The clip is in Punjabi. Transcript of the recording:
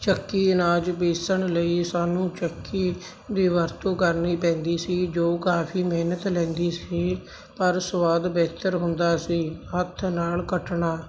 ਚੱਕੀ ਅਨਾਜ ਪੀਸਣ ਲਈ ਸਾਨੂੰ ਚੱਕੀ ਦੀ ਵਰਤੋਂ ਕਰਨੀ ਪੈਂਦੀ ਸੀ ਜੋ ਕਾਫ਼ੀ ਮਿਹਨਤ ਲੈਂਦੀ ਸੀ ਪਰ ਸੁਆਦ ਬਿਹਤਰ ਹੁੰਦਾ ਸੀ ਹੱਥ ਨਾਲ ਕੱਟਣਾ